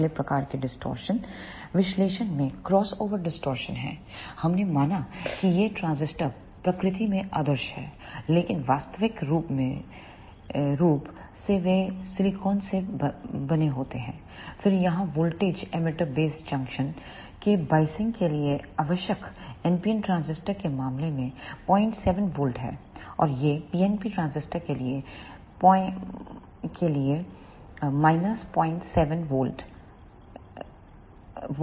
अगले प्रकार की डिस्टॉर्शन विश्लेषण में क्रॉसओवर डिस्टॉर्शन है हमने माना कि ये ट्रांजिस्टर प्रकृति में आदर्श हैं लेकिन वास्तविक रूप से वे सिलिकॉन से बने होते हैं फिर यहां वोल्टेज एमिटर बेस जंक्शन के बायसिंग के लिए आवश्यक NPN ट्रांजिस्टर के मामले में 07V है और यह PNP ट्रांजिस्टर के लिए 07 वी होना चाहिए